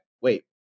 wait